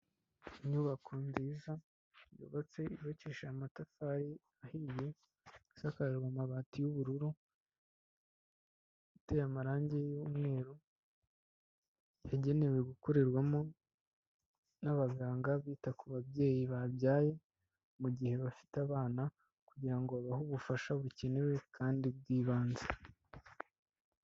Inyubako nziza yubatse, yubakishije amatafari ahinye, isakajwe amabati y'ubururu iteye amarangi y'umweru, yagenewe gukorerwamo n'abaganga bita ku babyeyi babyaye mu gihe bafite abana kugira ngo babahe ubufasha bukenewe kandi bw'ibanze.